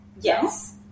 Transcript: yes